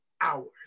hours